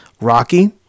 Rocky